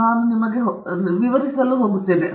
ಮತ್ತು ನಾನು ಅವುಗಳನ್ನು ನಿಮಗೆ ತೋರಿಸಲು ಕಾರಣವಾಗಿದೆ